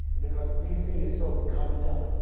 because d c. is so gummed up.